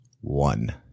one